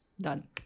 Done